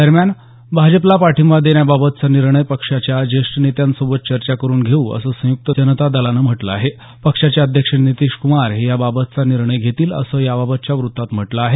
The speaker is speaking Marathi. दरम्यान भाजपला पाठींबा देण्याबाबतचा निर्णय पक्षाच्या ज्येष्ठ नेत्यांसोबत चर्चा करून घेऊ असं संयुक्त जनता दलानं म्हटलं आहे पक्षाचे अध्यक्ष नीतीश कुमार हे या बाबतचा निर्णय घेतील असं याबाबतच्या वृत्तात म्हटलं आहे